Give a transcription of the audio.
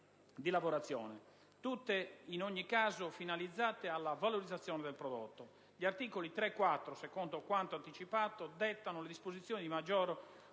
di lavorazione, tutte in ogni caso finalizzate alla valorizzazione del prodotto. Gli articoli 3 e 4, secondo quanto anticipato, dettano le disposizioni di maggior